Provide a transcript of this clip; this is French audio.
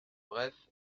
bref